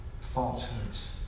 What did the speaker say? falsehoods